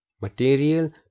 material